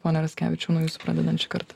pone raskevičiau nuo jūsų pradedam šįkart